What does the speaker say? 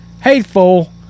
hateful